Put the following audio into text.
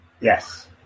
Yes